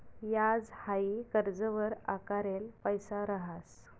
याज हाई कर्जवर आकारेल पैसा रहास